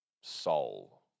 soul